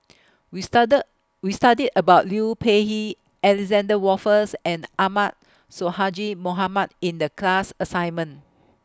We We studied about Liu Peihe Alexander Wolters and Ahmad Sonhadji Mohamad in The class assignment